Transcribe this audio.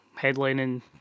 headlining